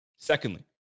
Secondly